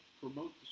promote